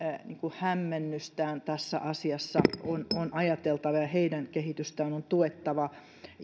hämmennystään tässä asiassa on ajateltava ja heidän kehitystään on tuettava